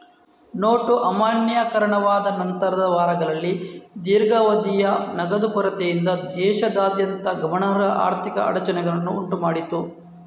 note ಅಮಾನ್ಯೀಕರಣದ ನಂತರದ ವಾರಗಳಲ್ಲಿ ದೀರ್ಘಾವಧಿಯ ನಗದು ಕೊರತೆಯಿಂದ ದೇಶದಾದ್ಯಂತ ಗಮನಾರ್ಹ ಆರ್ಥಿಕ ಅಡಚಣೆಯನ್ನು ಉಂಟು ಮಾಡಿತು